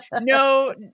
no